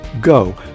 go